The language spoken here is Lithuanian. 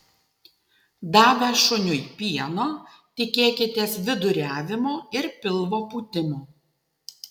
davę šuniui pieno tikėkitės viduriavimo ir pilvo pūtimo